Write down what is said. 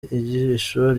ijisho